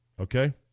okay